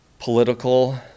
political